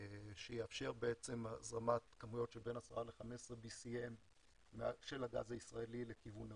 שיאפשר הזרמת כמויות של בין 10 ל-15 BCM של הגז הישראלי לכיוון אירופה.